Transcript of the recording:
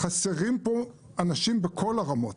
חסרים פה אנשים בכל הרמות.